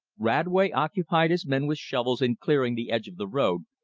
radway occupied his men with shovels in clearing the edge of the road,